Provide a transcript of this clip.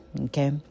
Okay